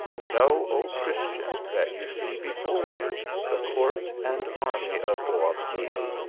know, o christian, that you see be fore you the court and army of boabdil,